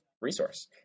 resource